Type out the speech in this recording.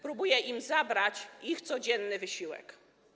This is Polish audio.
Próbuje im zabrać ich codzienny wysiłek.